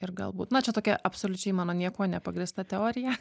ir galbūt na čia tokia absoliučiai mano niekuo nepagrįsta teorija